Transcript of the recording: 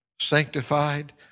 sanctified